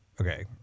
Okay